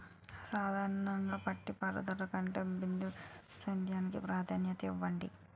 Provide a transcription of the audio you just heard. సాధారణ నీటిపారుదల కంటే బిందు సేద్యానికి ప్రాధాన్యత ఇవ్వండి